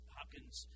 Hopkins